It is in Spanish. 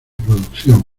producción